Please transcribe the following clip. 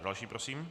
Další, prosím.